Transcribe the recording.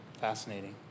fascinating